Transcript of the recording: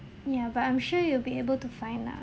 ya but I'm sure you'll be able to find lah